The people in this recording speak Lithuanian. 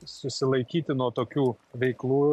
susilaikyti nuo tokių veiklų